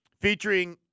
featuring